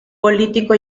político